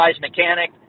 mechanic